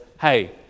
hey